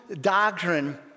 doctrine